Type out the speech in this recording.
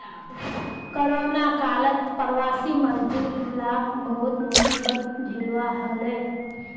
corona कालत प्रवासी मजदूर लाक बहुत मुसीबत झेलवा हले